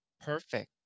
Perfect